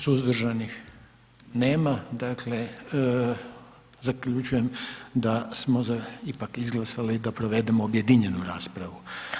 Suzdržanih nema, dakle, zaključujem da smo ipak izglasali da provedemo objedinjenu raspravu.